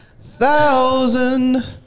thousand